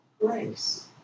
grace